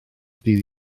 ddydd